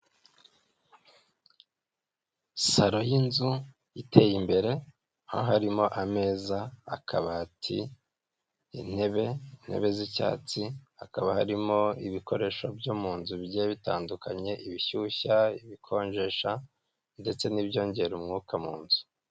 Saro y'inzu iteye imbere, aho harimo ameza, akabati, intebe z'icyatsi hakaba harimo ibikoresho byo mu nzu bigiye bitandukanye, ibishyushya, ibikonjesha, ndetse n'ibyongera umwuka munzu.